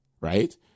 Right